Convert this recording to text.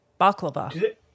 Baklava